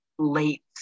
Late